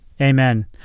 Amen